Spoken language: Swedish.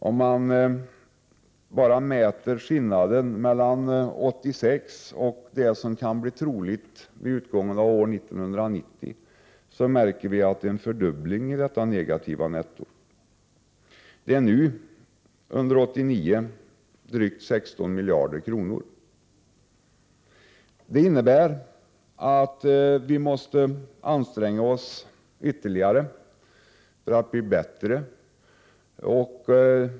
Om man mäter skillnaden mellan nettot för 1986 och det troliga nettot vid utgången av 1990, märker man att det negativa nettot kommer att fördubblas. Det är nu, under 1989, drygt 16 miljarder kronor. Detta innebär att vi måste anstränga oss ytterligare för att bli bättre.